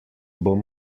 bom